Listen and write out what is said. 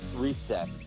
Reset